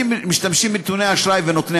משתמשים בנתוני אשראי ונותני